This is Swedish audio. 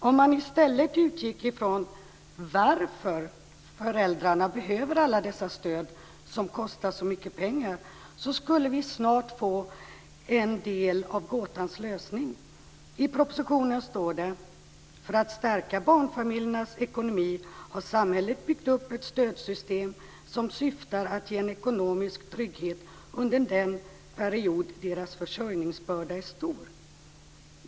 Om man i stället utgick ifrån varför föräldrarna behöver allt detta stöd, som kostar så mycket pengar, skulle man snart få en del av gåtans lösning. I propositionen står det: "För att stärka barnfamiljernas ekonomi har samhället byggt upp ett stödsystem som syftar till att ge en ekonomisk trygghet under den period deras försörjningsbörda är stor."